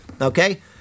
Okay